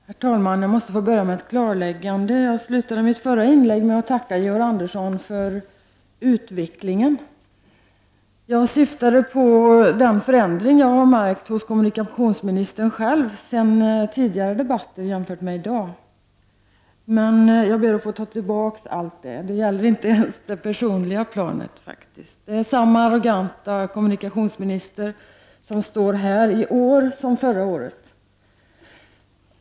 Herr talman! Jag måste börja med ett klarläggande. Jag avslutade mitt förra inlägg med att tacka Georg Andersson för utvecklingen. Jag syftade då på den förändring hos kommunikationsministern som jag har lagt märke till. Jag jämförde tidigare debatter med den debatt som vi för i dag. Men nu tar jag tillbaka allt som jag sade. Det gäller faktiskt inte ens på det personliga planet, för kommunikationsministern är lika arrogant i år som förra året.